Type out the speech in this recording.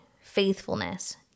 faithfulness